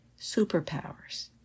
superpowers